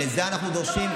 את זה אנחנו דורשים,